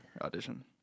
audition